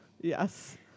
Yes